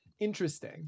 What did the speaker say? Interesting